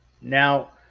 now